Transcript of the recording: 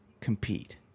compete